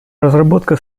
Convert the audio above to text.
разработка